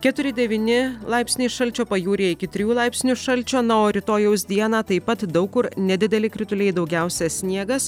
keturi devyni laipsniai šalčio pajūryje iki trijų laipsnių šalčio na o rytojaus dieną taip pat daug kur nedideli krituliai daugiausia sniegas